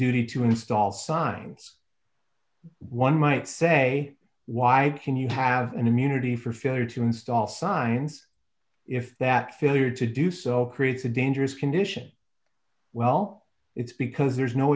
duty to install signs one might say why can you have an immunity for failure to install signs if that failure to do so creates a dangerous condition well it's because there's no